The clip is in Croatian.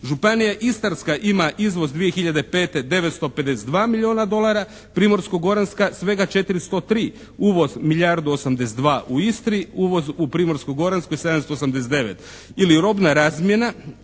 Županija istarska ima izvoz 2005. 952 milijuna dolara, Primorsko-goranska svega 403. Uvoz milijardu 082 u Istri, uvoz u Primorsko-goranskoj 789.